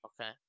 Okay